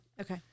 Okay